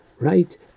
Right